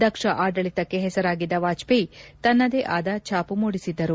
ದಕ್ಷ ಆಡಳಿತಕ್ಕೆ ಹೆಸರಾಗಿದ್ದ ವಾಜಪೇಯಿ ತನ್ನದೇ ಆದ ಛಾಮ ಮೂಡಿಸಿದ್ದರು